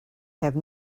have